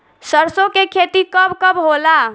सरसों के खेती कब कब होला?